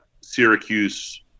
Syracuse